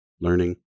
learning